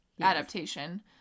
adaptation